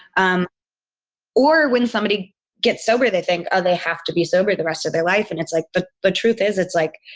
um or when somebody gets sober, they think, oh, they have to be sober the rest of their life. and it's like, the but truth is, it's like,